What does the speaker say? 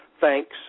thanks